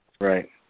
Right